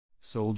Soldier 。